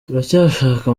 turacyashaka